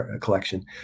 collection